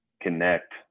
connect